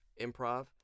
improv